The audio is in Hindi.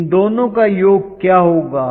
इन दोनों का योग क्या होगा